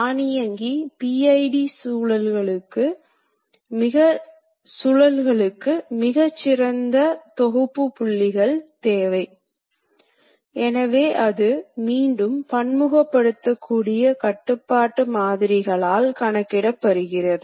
தானியங்கி கருவி மாற்றங்கள் மற்றும் பலவகையான கருவி இதழ்கள் போன்ற தொழில்நுட்பங்களுடன் இருப்பதால் பொதுவாக CNC இயந்திரங்களில் இந்த கருவி மாற்றங்கள் மிகவும் திறமையாக அடையப்படுகின்றன